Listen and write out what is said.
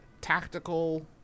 tactical